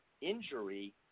injury